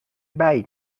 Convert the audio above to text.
بعید